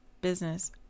business